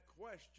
question